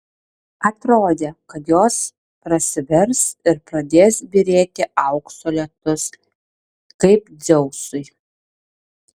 atrodė kad jos prasivers ir pradės byrėti aukso lietus kaip dzeusui